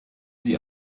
sie